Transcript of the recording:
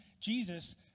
Jesus